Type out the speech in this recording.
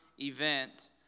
event